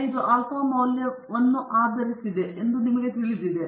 05 alpha ಮೌಲ್ಯವನ್ನು ಆಧರಿಸಿವೆ ಎಂದು ನಿಮಗೆ ತಿಳಿದಿದೆ